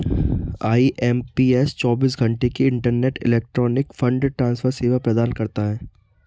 IMPS चौबीस घंटे की इंटरबैंक इलेक्ट्रॉनिक फंड ट्रांसफर सेवा प्रदान करता है